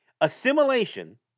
Assimilation